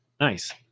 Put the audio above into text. nice